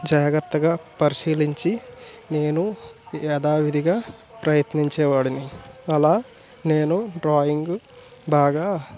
జాగ్రత్తగా పరిశీలించి నేను యధావిధిగా ప్రయత్నించే వాడిని అలా నేను డ్రాయింగు బాగా